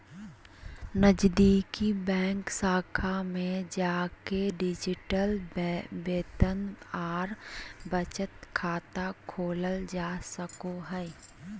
नजीदीकि बैंक शाखा में जाके डिजिटल वेतन आर बचत खाता खोलल जा सको हय